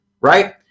right